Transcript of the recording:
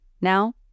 Now